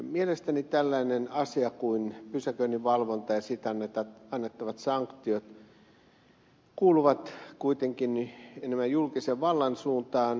mielestäni tällainen asia kuin pysäköinnin valvonta ja siitä annettavat sanktiot kuuluvat kuitenkin enemmän julkisen vallan suuntaan